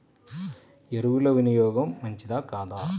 ఎరువుల వినియోగం మంచిదా కాదా?